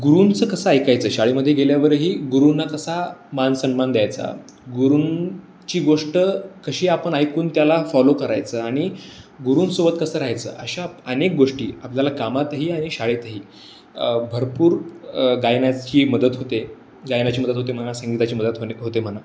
गुरूंचं कसं ऐकायचं शाळेमध्ये गेल्यावरही गुरुंना कसा मानसन्मान द्यायचा गुरुंची गोष्ट कशी आपण ऐकून त्याला फॉलो करायचं आणि गुरुंसोबत कसं राहायचं अशा अनेक गोष्टी आपल्याला कामातही आणि शाळेतही भरपूर गायनाची मदत होते गायनाची मदत होते म्हणा संगीताची मदत होने होते म्हणा